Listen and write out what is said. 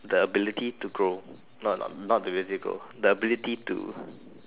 the ability to grow not not not to really grow the ability to